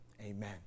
Amen